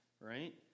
right